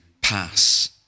pass